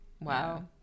Wow